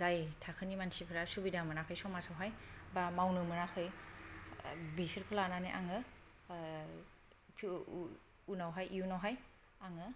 जाय थाखोनि मानसिफोरा सुबिदा मोनाखै समाजावहाय एबा मावनो मोनाखै बिसोरखौ लानानै आङो उनावहाय इयुनावहाय आङो